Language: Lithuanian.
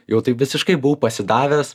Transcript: jau taip visiškai buvau pasidavęs